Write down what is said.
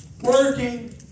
working